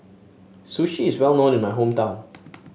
sushi is well known in my hometown